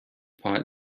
pot